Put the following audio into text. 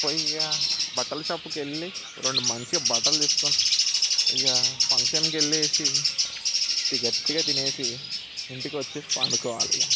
పోయి ఇహ బట్టల షాప్కు వెళ్ళి రెండు మంచి బట్టలు తీసుకుని ఇహ ఫంక్షన్కు వెళ్ళేసి గట్టిగా తినేసి ఇంటికి వచ్చేసి పండుకోవాలి ఇక